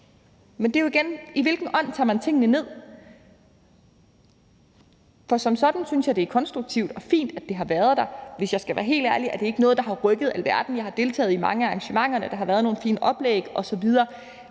Men det er jo igen spørgsmålet: I hvilken ånd tager man tingene ned? Som sådan synes jeg, det er konstruktivt og fint, at det har været der, men hvis jeg skal være helt ærlig, er det ikke noget, der har rykket alverden. Jeg har deltaget i mange af arrangementerne. Der har været nogle fine oplæg osv.